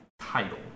title